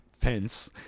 fence